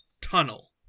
tunnel